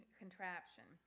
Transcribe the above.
contraption